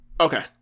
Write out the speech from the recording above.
Okay